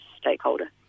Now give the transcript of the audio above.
stakeholder